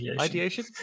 ideation